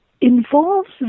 involves